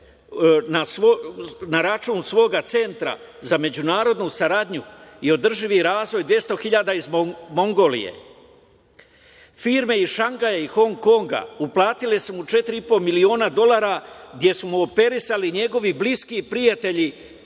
na račun svog Centra za međunarodnu saradnju i održivi razvoj 200.000 iz Mongolije. Firme iz Šangaja i Hong Honga uplatile su mu 4,5 miliona dolara gde su mu operisali njegovi bliski prijatelji,